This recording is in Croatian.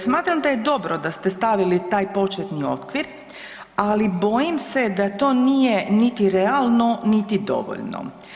Smatram da je dobro da ste stavili taj početni okvir, ali bojim se da to nije niti realno niti dovoljno.